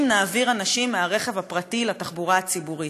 נעביר אנשים מהרכב הפרטי לתחבורה הציבורית.